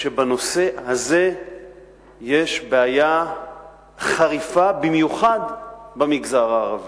בנושא הזה יש בעיה חריפה במיוחד במגזר הערבי,